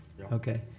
Okay